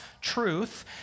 truth